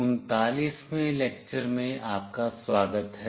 39 वें लेक्चर में आपका स्वागत है